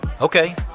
Okay